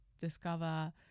discover